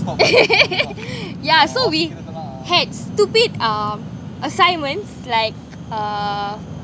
yeah so we had stupid uh assignments like uh